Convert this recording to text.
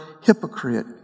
hypocrite